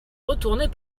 retournait